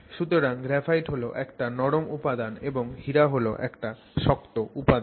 সুতরাং গ্রাফাইট হল একটা নরম উপাদান এবং হিরা হল শক্ত উপাদান